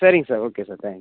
சரிங்க sir okay sir thanks